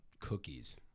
Cookies